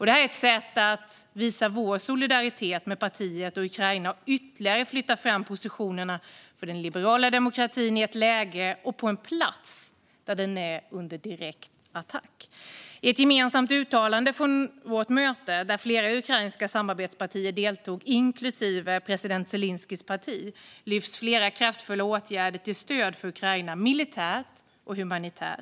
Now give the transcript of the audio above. Det här är ett sätt att visa vår solidaritet med partiet och Ukraina och ytterligare flytta fram positionerna för den liberala demokratin i ett läge och på en plats där den är under direkt attack. I ett gemensamt uttalande från vårt möte, där flera ukrainska samarbetspartier inklusive president Zelenskyjs parti deltog, lyfts flera kraftfulla åtgärder till stöd för Ukraina militärt och humanitärt.